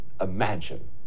imagine